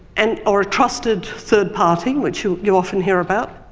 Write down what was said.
and or a trusted third party, which you you often hear about,